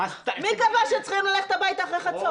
מי קבע שצריכים ללכת הביתה אחרי חצות?